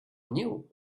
knew